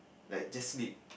like just sleep